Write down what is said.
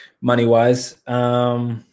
money-wise